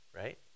right